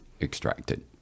extracted